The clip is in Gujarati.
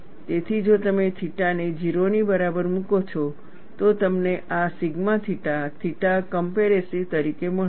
તેથી જો તમે થીટાને 0 ની બરાબર મૂકો છો તો તમને આ સિગ્મા થીટા થીટા કંપરેસિવ તરીકે મળશે